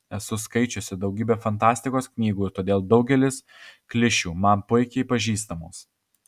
esu skaičiusi daugybę fantastikos knygų ir todėl daugelis klišių man puikiai pažįstamos